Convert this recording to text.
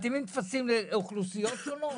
טפסים לאוכלוסיות שונות.